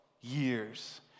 years